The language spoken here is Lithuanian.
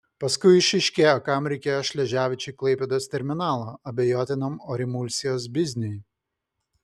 paskui išaiškėjo kam reikėjo šleževičiui klaipėdos terminalo abejotinam orimulsijos bizniui